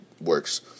works